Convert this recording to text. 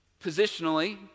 positionally